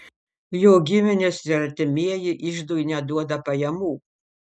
jo giminės ir artimieji iždui neduoda pajamų